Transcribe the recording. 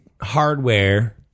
hardware